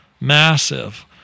massive